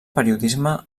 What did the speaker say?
periodisme